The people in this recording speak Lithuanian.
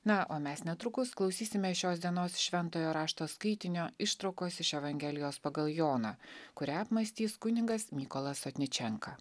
na o mes netrukus klausysime šios dienos šventojo rašto skaitinio ištraukos iš evangelijos pagal joną kurią apmąstys kunigas mykolas sotničenka